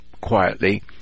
quietly